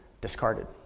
discarded